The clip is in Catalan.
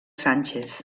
sánchez